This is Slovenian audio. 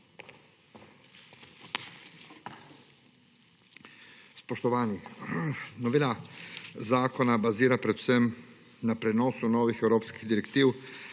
(nadaljevanje) Novela zakona bazira predvsem na prenosu novih evropskih direktiv